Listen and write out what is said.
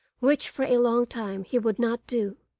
which for a long time he would not do.